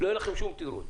לא יהיה לכם שום תירוץ.